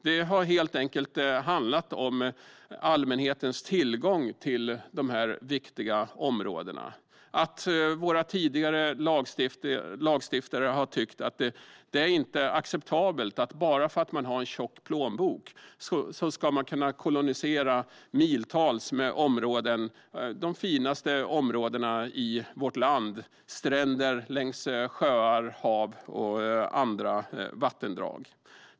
Det har helt enkelt handlat om allmänhetens tillgång till dessa viktiga områden, att våra tidigare lagstiftare har tyckt att det inte är acceptabelt att man bara för att man har en tjock plånbok ska kunna kolonisera miltals av de finaste områdena i vårt land i form av stränder längs sjöar, hav och andra vattendrag.